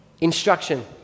instruction